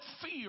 fear